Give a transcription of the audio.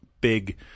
Big